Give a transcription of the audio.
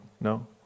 No